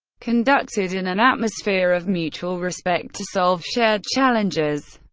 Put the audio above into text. conducted in an atmosphere of mutual respect, to solve shared challenges.